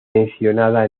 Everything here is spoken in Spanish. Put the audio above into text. mencionada